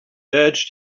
urged